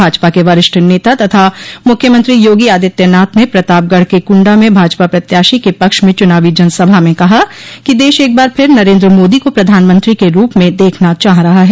भाजपा के वरिष्ठ नेता तथा मुख्यमंत्री योगी आदित्यनाथ ने प्रतापगढ़ के कुंडा में भाजपा प्रत्याशी के पक्ष में चूनावी जनसभा में कहा कि देश एक बार फिर नरेन्द्र मोदी को प्रधानमंत्री के रूप में देखना चाह रहा है